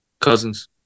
cousins